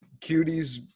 Cuties